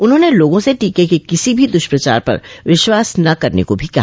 उन्होंने लोगों से टीके के किसी भी द्ष्प्रचार पर विश्वास न करने को भी कहा